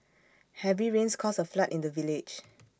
heavy rains caused A flood in the village